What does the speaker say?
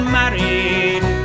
married